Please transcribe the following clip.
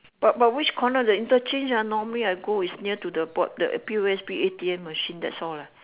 but but which corner of the interchange ah normally I go is near to the board the P_O_S_B A_T_M machine that's all eh